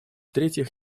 третьих